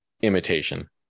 imitation